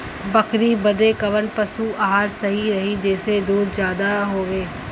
बकरी बदे कवन पशु आहार सही रही जेसे दूध ज्यादा होवे?